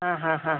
ആ ഹാ ഹാ